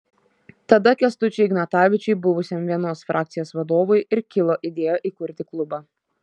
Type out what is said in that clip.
tada kęstučiui ignatavičiui buvusiam vienos frakcijos vadovui ir kilo idėja įkurti klubą